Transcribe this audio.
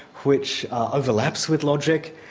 which ah overlaps with logic,